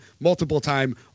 multiple-time